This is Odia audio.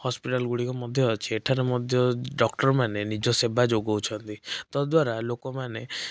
ହସ୍ପିଟାଲ ଗୁଡ଼ିକ ମଧ୍ୟ ଅଛି ଏଠାରେ ମଧ୍ୟ ଡ଼କ୍ଟରମାନେ ନିଜ ସେବା ଯୋଗାଉଛନ୍ତି ତଦ୍ୱାରା ଲୋକମାନେ